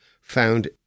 found